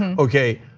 and okay,